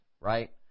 right